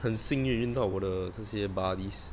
很幸运遇到我的这些 buddies